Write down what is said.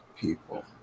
people